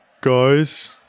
guys